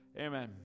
Amen